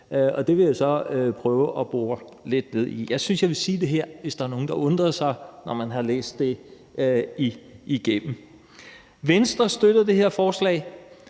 Det vil jeg så prøve at bore lidt ned i. Jeg syntes, jeg ville sige det her, hvis der var nogle, der undrede sig, når man har læst det igennem. Venstre støtter det her forslag.